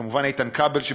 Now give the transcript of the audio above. כמובן איתן כבל,